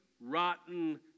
rotten